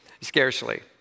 scarcely